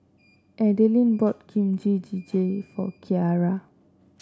Adelyn bought Kimchi Jjigae for Kyara